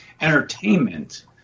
entertainment